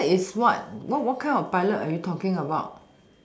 pilot is what what what kind of pilot are you talking about